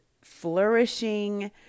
flourishing